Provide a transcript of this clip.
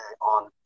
on